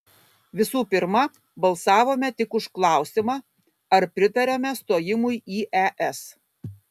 visų pirma balsavome tik už klausimą ar pritariame stojimui į es